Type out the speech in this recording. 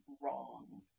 wrong